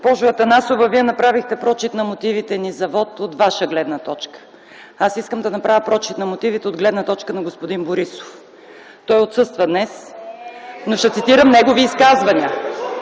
Атанасова, Вие направихте прочит на мотивите ни за вот от Ваша гледна точка. Аз искам да направя прочит на мотивите от гледна точка на господин Борисов. Той отсъства днес, но ще цитирам негови изказвания.